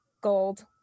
gold